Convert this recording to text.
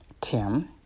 Tim